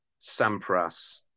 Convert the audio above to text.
Sampras